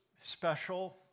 special